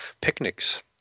picnics